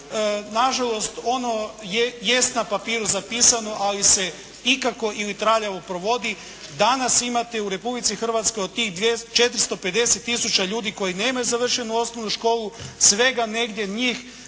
na žalost ono jest na papiru zapisano ali se ikako ili traljavo provodi. Danas imate u Republici Hrvatskoj od tih 450 000 ljudi koji nemaju završenu osnovnu školu svega negdje njih